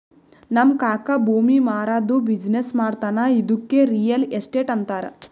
ನಮ್ ಕಾಕಾ ಭೂಮಿ ಮಾರಾದ್ದು ಬಿಸಿನ್ನೆಸ್ ಮಾಡ್ತಾನ ಇದ್ದುಕೆ ರಿಯಲ್ ಎಸ್ಟೇಟ್ ಅಂತಾರ